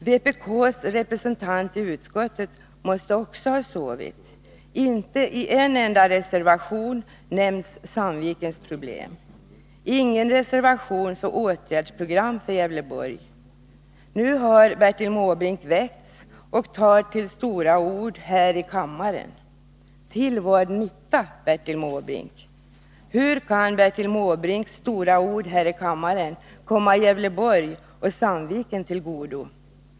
Vpk:s representant i utskottet måste också ha sovit. Inte i en enda reservation nämns Sandvikens problem. Det finns ingen reservation för ett åtgärdsprogram för Gävleborgs län. Nu har Bertil Måbrink väckts och tar till stora ord här i kammaren. Till vad nytta, Bertil Måbrink? Hur kan Bertil Måbrinks stora ord här i kammaren komma Gävleborgs län och Sandviken till godo?